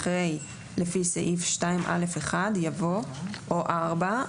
אחרי "לפי סעיף 2(א)(1)" יבוא "או (4),